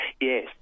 yes